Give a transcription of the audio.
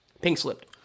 pink-slipped